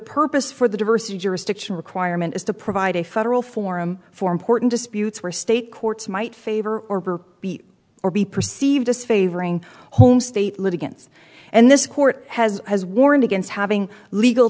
purpose for the diversity jurisdiction requirement is to provide a federal forum for important disputes were state courts might favor or or be perceived disfavoring home state litigants and this court has has warned against having legal